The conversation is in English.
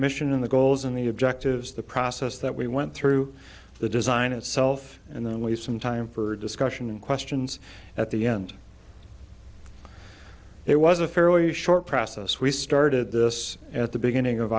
mission in the goals and the objectives of the process that we went through the design itself and then leave some time for discussion and questions at the end it was a fairly short process we started this at the beginning of